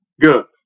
Good